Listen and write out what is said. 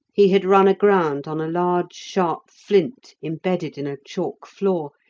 he had run aground on a large sharp flint embedded in a chalk floor,